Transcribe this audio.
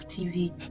TV